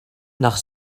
nach